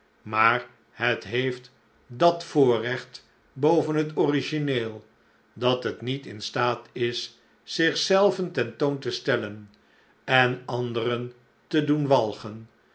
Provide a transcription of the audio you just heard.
maar het heeft dat voorrecht boven het origineel dat het niet in staat is zich zelven ten toon te stellen en anderen te doen walgen